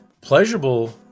pleasurable